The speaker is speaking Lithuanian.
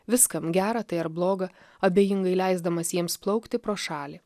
viskam gera tai ar bloga abejingai leisdamas jiems plaukti pro šalį